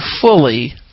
fully